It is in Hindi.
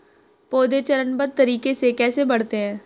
पौधे चरणबद्ध तरीके से कैसे बढ़ते हैं?